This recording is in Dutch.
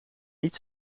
niet